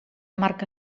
marca